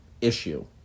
issue